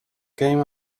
came